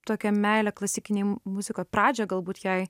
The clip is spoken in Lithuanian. tokią meilę klasikinei muzikoj pradžią galbūt jai